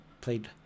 played